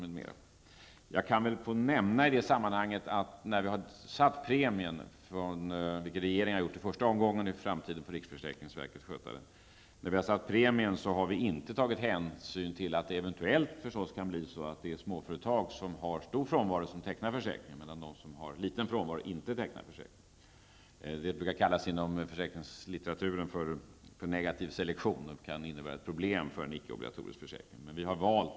I det sammanhanget kan jag nämna att vi, när vi fastställde premien -- vilket regeringen har gjort i en första omgång, men i framtiden får riksförsäkringsverket göra det -- inte har tagit hänsyn till att det naturligtvis kan bli så, att det är de småföretag som har hög frånvaro som tecknar försäkring. Småföretag som har låg frånvaro tecknar däremot inte någon försäkring. I försäkringslitteraturen brukar det kallas för negativ selektion. Detta kan innebära problem för en icke obligatorisk försäkring.